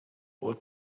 what